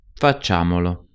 Facciamolo